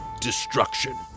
destruction